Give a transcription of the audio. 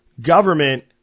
Government